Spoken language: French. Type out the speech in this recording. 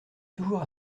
toujours